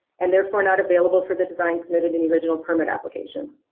and therefore not available for the design submitted in the original permit application.